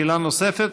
שאלה נוספת?